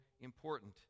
important